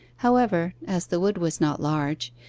however, as the wood was not large,